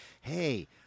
hey